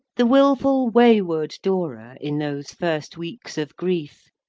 the wilful, wayward dora, in those first weeks of grief,